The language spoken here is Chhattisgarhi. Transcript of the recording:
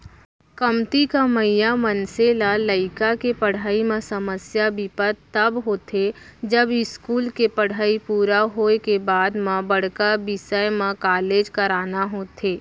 कमती कमइया मनसे ल लइका के पड़हई म समस्या बिपत तब होथे जब इस्कूल के पड़हई पूरा होए के बाद म बड़का बिसय म कॉलेज कराना होथे